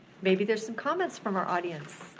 maybe there's some comments from our audience.